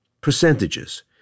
percentages